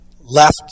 left